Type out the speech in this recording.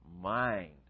mind